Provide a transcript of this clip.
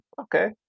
Okay